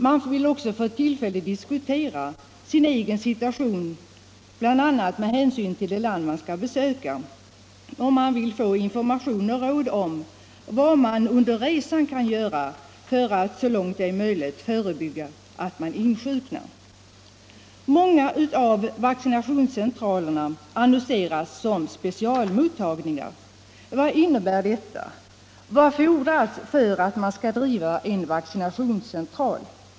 Man vill också få tillfälle att diskutera sin egen situation — bl.a. med hänsyn till det land man skall besöka — och man vill få information och råd om vad man under resan kan göra för att så långt som möjligt förebygga ett insjuknande. Många av vaccinationscentralerna annonseras som specialmottagningar. Vad innebär detta? Vad fordras för att man skall få driva en vaccinationscentral?